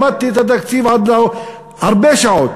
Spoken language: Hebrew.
למדתי את התקציב הרבה שעות,